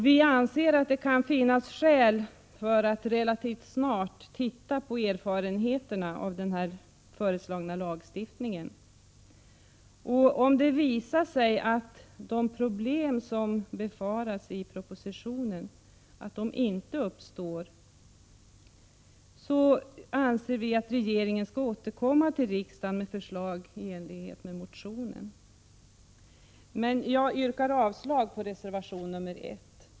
Vi anser att det kan finnas skäl för att relativt snart titta på erfarenheterna av den föreslagna lagstiftningen. Om det visar sig att de problem som befaras i propositionen inte uppstår, anser vi att regeringen skall återkomma till riksdagen med förslag i enlighet med motionen. Jag yrkar avslag på reservation 1.